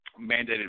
mandated